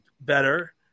better